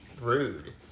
Rude